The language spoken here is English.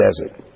desert